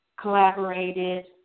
collaborated